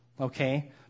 Okay